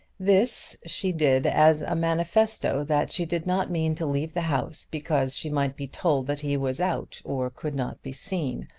this she did as a manifesto that she did not mean to leave the house because she might be told that he was out or could not be seen,